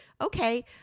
okay